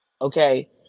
Okay